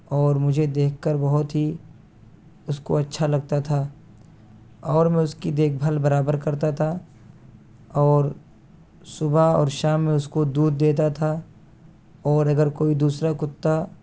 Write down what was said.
اور مجھے دیکھ کر بہت ہی اس کو اچھا لگتا تھا اور میں اس کی دیکھ بھال برابر کرتا تھا اور صبح اور شام میں اس کو دودھ دیتا تھا اور اگر کوئی دوسرا کتا